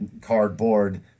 cardboard